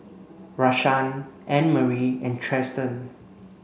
Rashaan Annmarie and Tristan